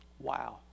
Wow